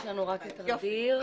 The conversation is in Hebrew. יש מתנגדים?